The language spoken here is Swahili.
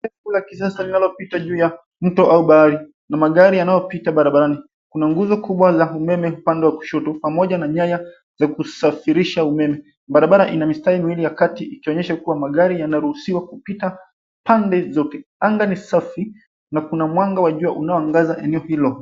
...la kisasa linalopita juu ya mto au bahari na magari yanayopita barabarani. Kuna nguzo kubwa la umeme upande wa kushoto pamoja na nyaya za kusafirisha umeme. Barabara ina mistari miwili ya kati ikionyesha kuwa magari yanaruhusiwa kupita pande zote. Anga ni safi na kuna mwanga wa jua unaoangaza eneo hilo.